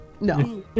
No